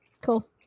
cool